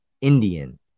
Indian